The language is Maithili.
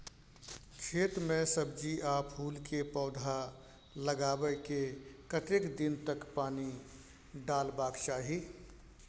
खेत मे सब्जी आ फूल के पौधा लगाबै के कतेक दिन तक पानी डालबाक चाही?